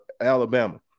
Alabama